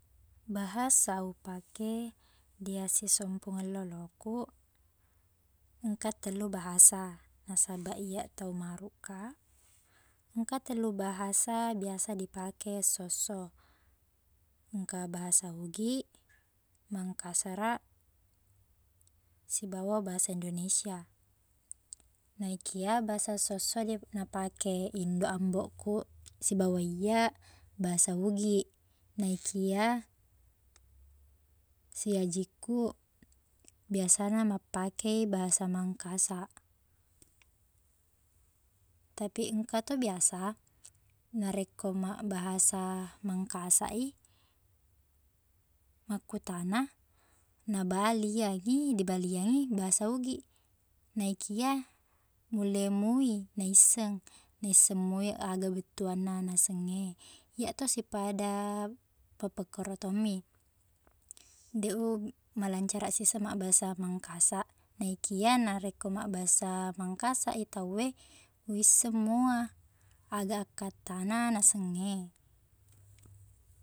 Bahasa upake diasisseng sempung loloku, engka tellu bahasa. Nasabaq, iyaq tau marukkaq. Engka tellu bahasa biasa dipake essosso. Engka bahasa Ugiq, Mangkasara, sibawa bahasa Indonesia. Naikia bahasa essosso di- napake indoq, amboqkuq, sibawa iyaq, bahasa Ugiq. Naikia siajiqku biasana mappake bahasa Mangkasaq. Tapi engka to biasa, narekko mabbahasa Mangkasaq i, makkutana nabaliangngi- dibaliangngi bahasa Ugiq. Naikia mulle mo i naisseng- naisseng moi aga bettuanna nasengnge. Iyaq to sippada pappakkoro tong mi. Deq u malancaraq siseng mabbahasa Mangkasaq, naikia narekko mabbahasa Mangkasaq i tauwe, wisseng moa, aga akkattana naseng e.